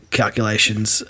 calculations